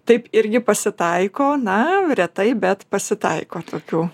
taip irgi pasitaiko na retai bet pasitaiko tokių